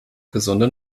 gesunde